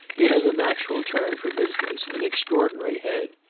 he has a natural turn for business, an extraordinary head.